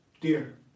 dear